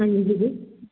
ਹਾਂਜੀ ਦੀਦੀ